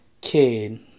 kid